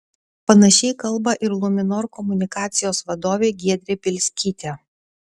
panašiai kalba ir luminor komunikacijos vadovė giedrė bielskytė